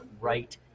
right